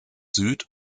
süd